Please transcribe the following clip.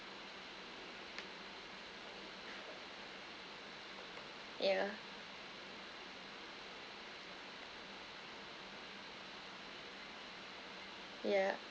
yeah yeah